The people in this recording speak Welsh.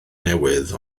newydd